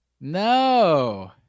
no